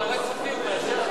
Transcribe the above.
ועדת הכספים תאשר.